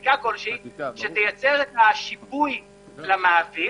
חקיקה כלשהי שמייצרת את השיפוי למעסיק.